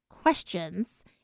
questions